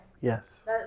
Yes